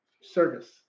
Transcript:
service